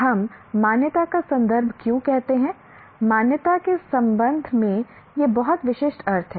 हम मान्यता का संदर्भ क्यों कहते हैं मान्यता के संबंध में ये बहुत विशिष्ट अर्थ हैं